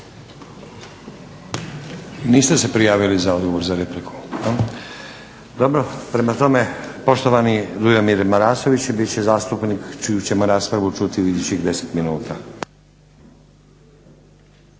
Niste se prijavili za odgovor za repliku. Dobro. Prema tome, poštovani Dujomir Marasović bit će zastupnik čiju ćemo raspravu čuti u idućih 10 minuta.